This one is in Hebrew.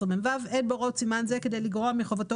אין בהוראות סימן זה כדי לגרוע מחובתו